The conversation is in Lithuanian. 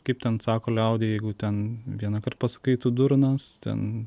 kaip ten sako liaudyje jeigu ten vienąkart pasakai tu durnas ten